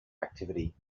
activity